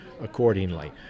accordingly